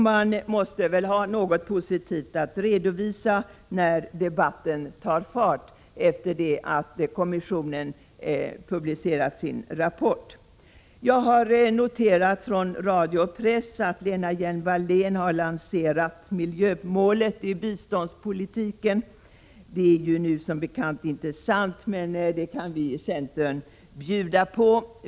De måste väl ha något positivt att redovisa när debatten tar fart efter det att kommissionen har publicerat sin rapport. Jag har noterat att Lena Hjelm-Wallén i radio och press har lanserat miljömålet i biståndspolitiken. Det är som bekant inte sant, men det kan vi i centern bjuda på.